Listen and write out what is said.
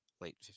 Late